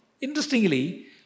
Interestingly